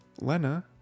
lena